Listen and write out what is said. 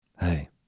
Hey